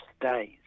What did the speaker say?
days